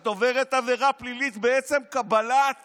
את עוברת עבירה פלילית בעצם קבלת